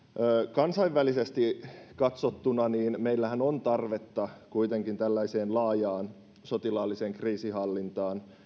kansainvälisesti katsottuna meillähän on tarvetta kuitenkin tällaiseen laajaan sotilaalliseen kriisinhallintaan